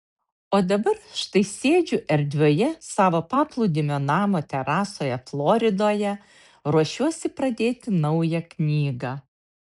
o dabar štai sėdžiu erdvioje savo paplūdimio namo terasoje floridoje ruošiuosi pradėti naują knygą